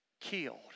killed